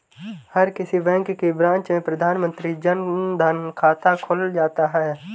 हर किसी बैंक की ब्रांच में प्रधानमंत्री जन धन खाता खुल जाता है